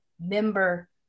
member